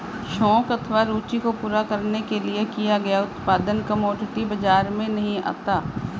शौक अथवा रूचि को पूरा करने के लिए किया गया उत्पादन कमोडिटी बाजार में नहीं आता